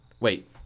Wait